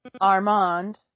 Armand